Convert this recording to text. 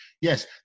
yes